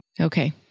Okay